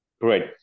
Great